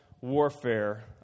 warfare